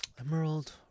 Emerald